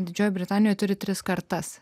didžioji britanija turi tris kartas